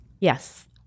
Yes